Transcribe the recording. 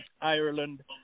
Ireland